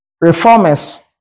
reformers